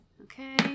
Okay